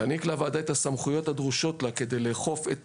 להעניק לוועדה את הסמכויות הדרושות לה כדי לאכוף את